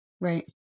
Right